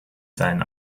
sein